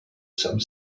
some